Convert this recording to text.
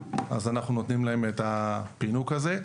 אז אנחנו נותנים להם את הפינוק הזה,